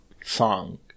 song